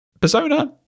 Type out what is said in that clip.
Persona